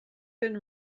been